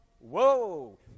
Whoa